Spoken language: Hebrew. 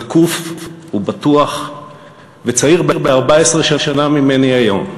זקוף ובטוח וצעיר ב-14 שנה ממני היום,